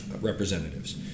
representatives